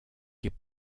que